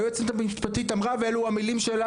היועצת המשפטית אמרה ואלו מילותיה,